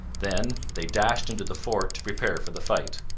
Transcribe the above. then they dashed into the fort to prepare for the fight.